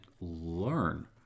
learn